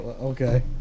Okay